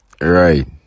right